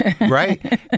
Right